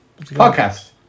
podcast